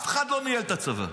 אף אחד לא ניהל את הצבא,